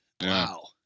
Wow